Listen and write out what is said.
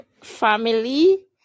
family